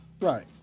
Right